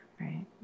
right